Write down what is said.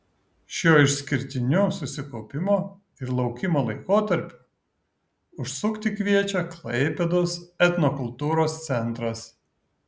šiuo išskirtiniu susikaupimo ir laukimo laikotarpiu užsukti kviečia klaipėdos etnokultūros centras